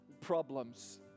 problems